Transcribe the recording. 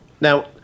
Now